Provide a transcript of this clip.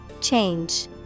Change